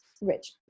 rich